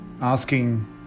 asking